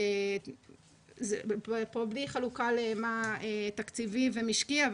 בלי חלוקה לתקציבי ומשקי,